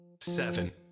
seven